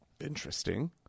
interesting